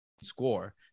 Score